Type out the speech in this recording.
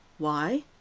why?